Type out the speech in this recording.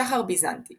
שחר ביזנטי